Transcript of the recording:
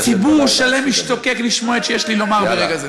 ציבור שלם משתוקק לשמוע את שיש לי לומר ברגע זה.